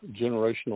generational